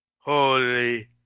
Holy